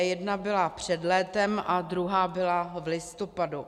Jedna byla před létem a druhá byla v listopadu.